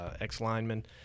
ex-lineman